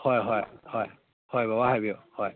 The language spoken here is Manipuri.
ꯍꯣꯏ ꯍꯣꯏ ꯍꯣꯏ ꯍꯣꯏ ꯕꯕꯥ ꯍꯥꯏꯕꯤꯌꯨ ꯍꯣꯏ